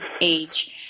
age